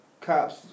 cops